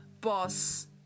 boss